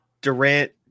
Durant